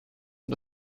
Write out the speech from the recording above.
und